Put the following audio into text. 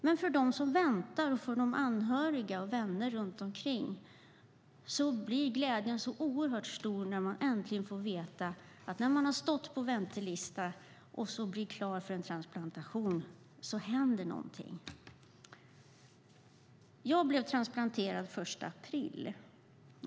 Men för dem som väntar, för de anhöriga och vänner runt omkring, blir glädjen så oerhört stor när man efter att ha stått på väntelista äntligen blir klar för en transplantation, när det händer någonting. Jag blev transplanterad den 1 april.